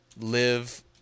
live